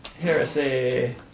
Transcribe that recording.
Heresy